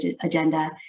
agenda